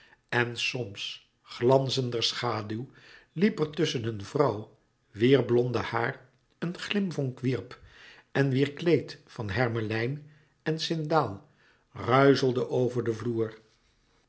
en soms glanzender schaduw liep er tusschen een vrouw wier blonde haar een glimvonk wierp en wier kleed van hermelijn en sindaal ruizelde over den vloer